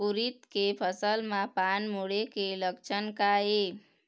उरीद के फसल म पान मुड़े के लक्षण का ये?